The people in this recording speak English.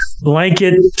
blanket